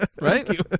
right